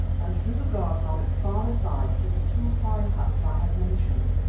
and through the garden on its farther side to the two fine huts i have mentioned.